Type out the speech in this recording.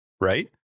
right